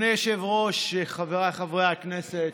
אדוני היושב-ראש, חבריי חברי הכנסת,